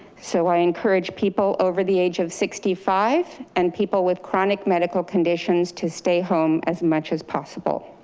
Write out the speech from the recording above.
so i encourage people over the age of sixty five and people with chronic medical conditions to stay home as much as possible.